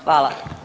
Hvala.